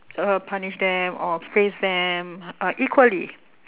uh punish them or face them uh equally